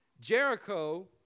Jericho